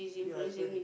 your husband